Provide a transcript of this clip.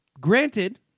granted